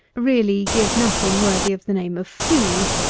really give nothing worthy of the name of food,